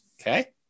Okay